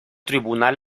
tribunal